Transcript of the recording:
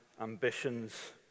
ambitions